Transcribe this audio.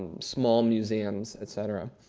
small museums, etcetera.